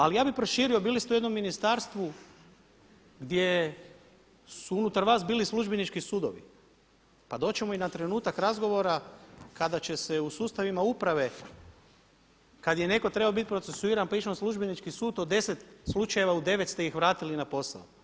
Ali ja bih proširio, bili smo u jednom ministarstvu gdje su unutar vas bili službenički sudovi, pa doći ćemo i na trenutak razgovora kada će se u sustavima uprave, kad je netko trebao biti procesuiran pa išao na službenički sud od 10 slučajeva u 9 ste ih vratili na posao.